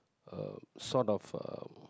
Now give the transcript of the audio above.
uh sort of uh